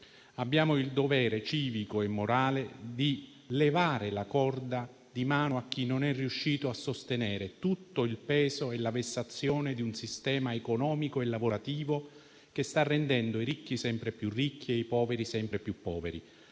Abbiamo il dovere civico e morale di levare la corda di mano a chi non è riuscito a sostenere tutto il peso e la vessazione di un sistema economico e lavorativo che sta rendendo i ricchi sempre più ricchi e i poveri sempre più poveri.